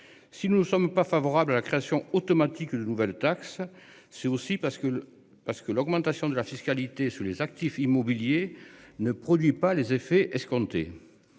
Si nous ne sommes pas favorables à la création automatique, une nouvelle taxe. C'est aussi parce que parce que l'augmentation de la fiscalité sur les actifs immobiliers ne produit pas les effets escomptés.